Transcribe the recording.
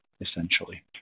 essentially